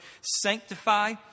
sanctify